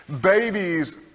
Babies